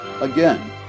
Again